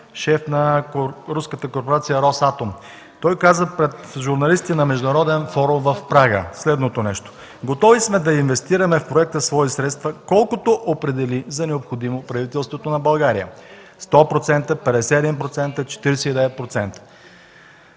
шеф на руската корпорация „Росатом”. Пред журналисти на международен форум в Прага той казва следното: „Готови сме да инвестираме в проекта свои средства, колкото определи за необходимо правителството на България – 100%, 51%, 49%.